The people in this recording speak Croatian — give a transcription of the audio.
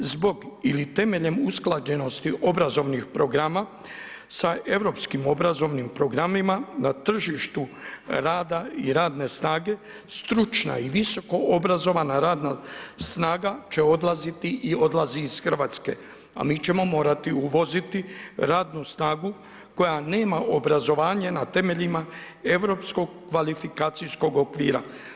Zbog ili temeljem usklađenosti obrazovnih programa sa europskim obrazovnim programima na tržištu rada i radne snage stručna i visoko obrazovana radna snaga će odlaziti i odlazi iz Hrvatske, a mi ćemo morati uvoziti radnu snagu koja nema obrazovanje na temeljima europskog kvalifikacijskog okvira.